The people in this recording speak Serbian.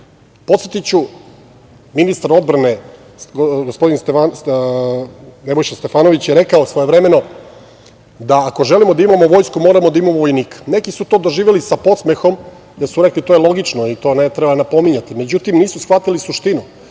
vojska. Podsetiću, ministar odbrane, Nebojša Stefanović, je rekao svojevremeno da ako želimo da imamo vojsku, moramo da imamo vojnika. Neki su to doživeli sa podsmehom, gde su rekli da je to logično i da to ne treba napominjati. Međutim, nisu shvatili suštinu.